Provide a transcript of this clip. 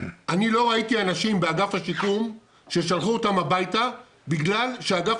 אני לא ראיתי אנשים באגף השיקום ששלחו אותם הביתה בגלל שאגף